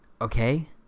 okay